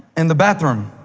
in the bathroom.